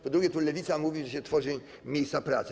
Po drugie, tu Lewica mówi, że się tworzy miejsca pracy.